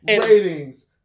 Ratings